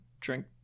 drink